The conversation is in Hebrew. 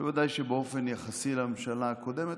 בוודאי שבאופן יחסי לממשלה הקודמת,